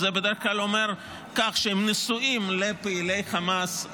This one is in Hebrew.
אז זה בדרך כלל אומר שהן נשואות לפעילי חמאס,